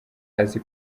azi